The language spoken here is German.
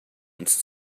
uns